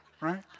right